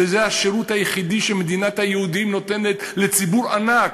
שזה השירות היחידי שמדינת היהודים נותנת לציבור ענק.